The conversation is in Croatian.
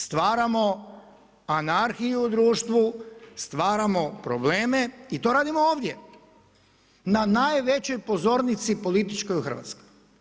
Stvaramo anarhiju u društvu, stvaramo probleme i to radimo ovdje, na najvećoj pozornici političkoj u Hrvatskoj.